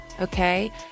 okay